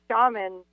shaman